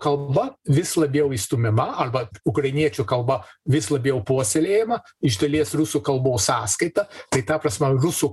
kalba vis labiau išstumiama arba ukrainiečių kalba vis labiau puoselėjama iš dalies rusų kalbos sąskaita tai ta prasme rusų